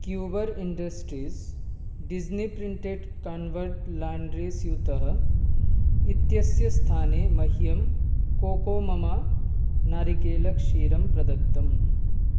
Cuber industries Disney printed कन्वर्ड् laundry स्यूतः इत्यस्य स्थाने मह्यं कोको ममा नारिकेलक्षीरं प्रदत्तम्